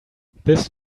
this